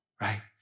right